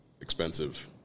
expensive